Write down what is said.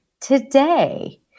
today